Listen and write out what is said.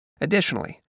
Additionally